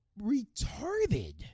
retarded